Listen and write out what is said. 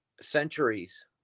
centuries